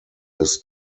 his